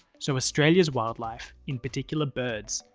so australia's wildlife, in particular birds,